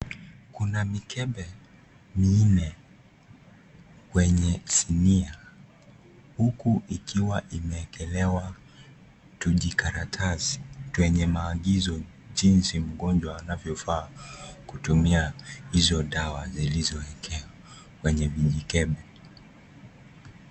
Kuna mikebe minne kwenye sinia huku ikiwa imewekelewa tujikaratasi yenye maagizo jinsi mgonjwa anavyofaa kutumia hizo dawa zilizowekwa kwenye mijikebe.